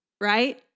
right